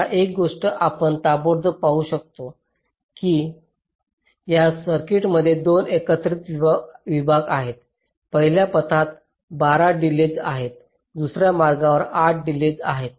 आता एक गोष्ट आपण ताबडतोब पाहू शकतो की या सर्किटमध्ये 2 एकत्रित विभाग आहेत पहिल्या पथात 12 डिलेज आहे दुसर्या मार्गावर 8 ची डिलेज आहे